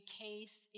case